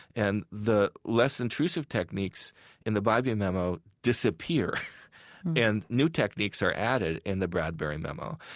and the less intrusive techniques in the bybee memo disappear and new techniques are added in the bradbury memo.